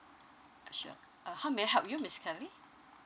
sure uh how may I help you miss kelly